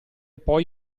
poi